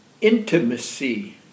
Intimacy